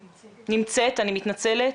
שלום.